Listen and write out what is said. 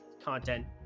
content